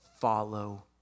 follow